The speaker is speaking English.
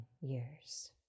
years